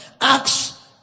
Acts